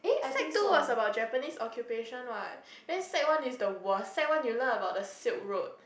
sec two was about Japanese occupation what then sec one is the worst sec one you learn about silk road